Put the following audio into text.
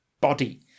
body